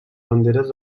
banderes